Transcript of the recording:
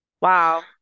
Wow